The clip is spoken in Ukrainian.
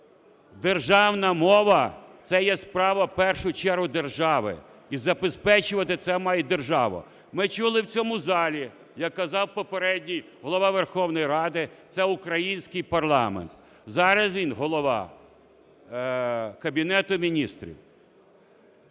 Державна мова – це є справа в першу чергу держави. І забезпечувати це має держава. Ми чули в цьому залі, як казав попередній Голова Верховної Ради, це український парламент. Зараз він голова Кабінету Міністрів.